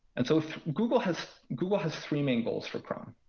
and so if google has google has three main goals for chrome.